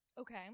Okay